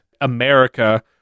America